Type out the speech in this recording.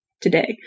today